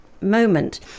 moment